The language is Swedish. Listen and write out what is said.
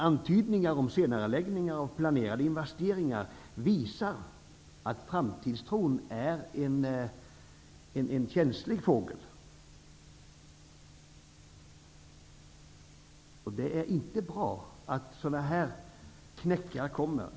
Antydningar om senareläggningar av planerade investeringar visar att framtidstron är en känslig fågel. Det är inte bra att sådana knäckar sker.